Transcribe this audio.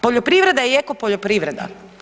Poljoprivreda i eko poljoprivreda.